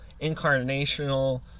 incarnational